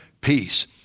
peace